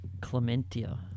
clementia